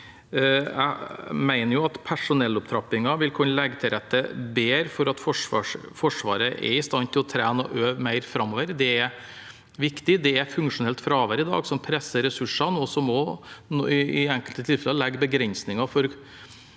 Jeg mener personellopptrappingen vil kunne legge bedre til rette for at Forsvaret er i stand til å trene og øve mer framover. Det er viktig. Det er i dag funksjonelt fravær som presser ressursene, og som i enkelte tilfeller legger begrensninger